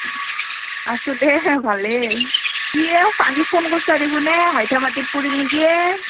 আছোঁ দে ভালেই কি এ আজি ফোন কইচ্ছা দেখোন এ হাইঠা মাটিত পৰিল নেকি এ